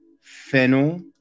Fennel